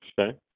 Okay